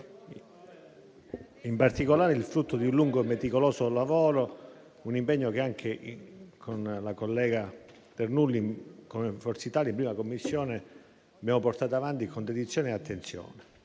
e partecipazione. È il frutto di un lungo e meticoloso lavoro, di un impegno che anche con la collega Ternullo come Forza Italia in 1a Commissione abbiamo portato avanti con dedizione e attenzione.